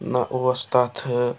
نہَ اوس تتھٕ